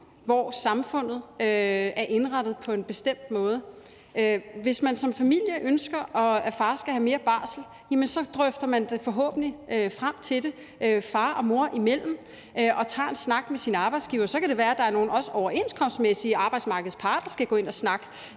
hvor samfundet er indrettet på en bestemt måde. Hvis man som familie ønsker, at far skal have mere barsel, drøfter man sig forhåbentlig frem til det far og mor imellem og tager en snak med sin arbejdsgiver. Så kan det være, at der også er noget overenskomstmæssigt, hvor arbejdsmarkedets parter skal gå ind og snakke